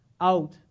out